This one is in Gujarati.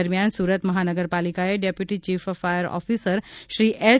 દરમિયાન સુરત મહાનગરપાલિકાએ deputy chief fire officer Shri H